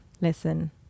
listen